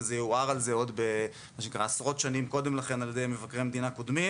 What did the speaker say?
ועורער על זה עוד עשרות שנים קודם לכן על ידי מבקרי מדינה קודמים.